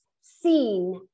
seen